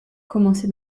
commencé